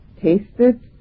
Tasted